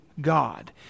God